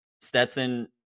Stetson